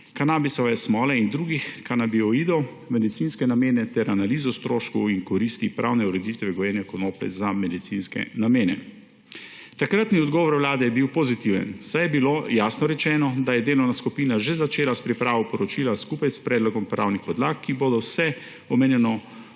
kanabisove smole in drugih kanabinoidov v medicinske namene ter analizo stroškov in koristi pravne ureditve gojenja konoplje za medicinske namene. Takratni odgovor vlade je bil pozitiven, saj je bilo jasno rečeno, da je delovna skupina že začela s pripravo poročila skupaj s predlogom pravnih podlag, ki bodo vse omenjeno